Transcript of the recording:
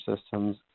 systems